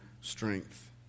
strength